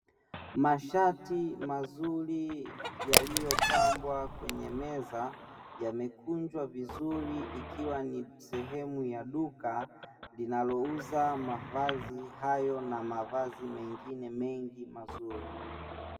Mashati mazuri yaliyo pambwa kwenye meza yamekunjwa vizuri, ikiwa ni sehemu ya duka linalo uza mavazi hayo na mavazi mengine mengi mazuri.